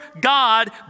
God